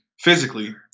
physically